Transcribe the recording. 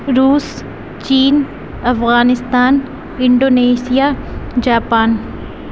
روس چین Afghanistan Indonesia Japan